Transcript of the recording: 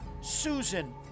Susan